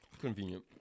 Convenient